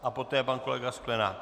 A poté pan kolega Sklenák.